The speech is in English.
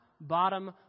bottom